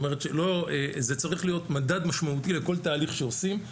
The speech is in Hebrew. זה צריך להיות מדד משמעותי לכל תהליך שעושים,